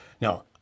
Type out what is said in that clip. Now